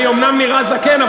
אני אומנם נראה זקן,